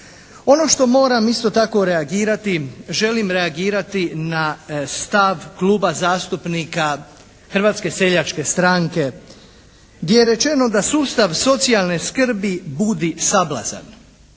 Ono što moram isto tako reagirati, želim reagirati na stav Kluba zastupnika Hrvatske seljačke stranke, gdje je rečeno da sustav socijalne skrbi budi sablazan.